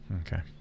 Okay